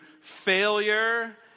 failure